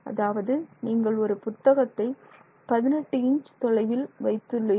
அதாவது நீங்கள் ஒரு புத்தகத்தை 18 இன்ச் தொலைவில் வைத்து வைத்துள்ளீர்கள்